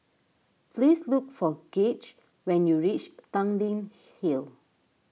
please look for Gauge when you reach Tanglin Hill